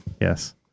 yes